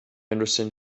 understand